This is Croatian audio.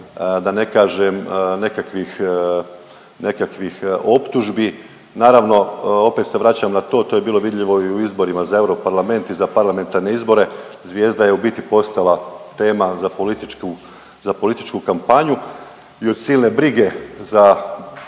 da ne kažem nekakvih optužbi. Naravno opet se vraćam na to, to je bilo vidljivo i u izborima za Europarlament i za parlamentarne izbore. Zvijezda je u biti postala tema za političku kampanju. I od silne brige za